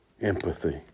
empathy